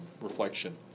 reflection